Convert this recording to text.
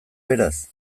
beraz